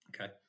Okay